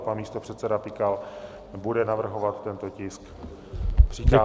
Pan místopředseda Pikal bude navrhovat tento tisk přikázat.